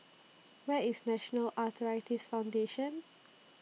Where IS National Arthritis Foundation